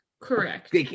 Correct